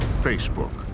facebook.